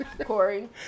Corey